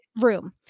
room